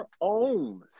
own